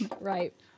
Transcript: Right